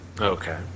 Okay